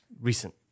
recent